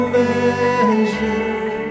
measure